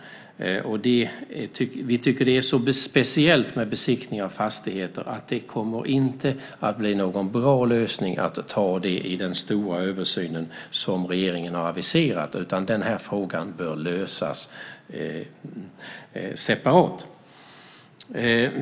Vi tycker att det är så speciellt med besiktning av fastigheter att det inte kommer att bli någon bra lösning att ta med detta i den stora översyn som regeringen har aviserat. Den här frågan bör lösas separat.